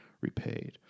repaid